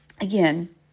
again